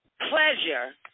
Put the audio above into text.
pleasure